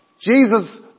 Jesus